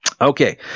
Okay